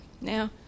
Now